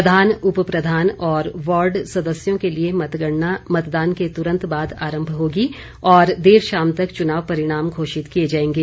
प्रधान उपप्रधान और वार्ड सदस्यों के लिए मतगणना मतदान के तुरंत बाद आरंभ होगी और देर शाम तक चुनाव परिणाम घोषित किए जाएंगे